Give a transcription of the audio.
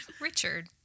Richard